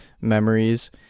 memories